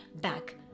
back